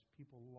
people